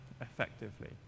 effectively